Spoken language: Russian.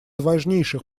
важнейших